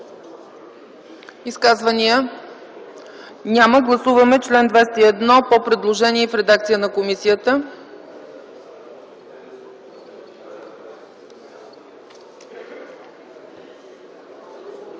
Изказвания? Няма. Гласуваме чл. 201 по предложение и в редакция на комисията.